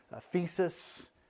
thesis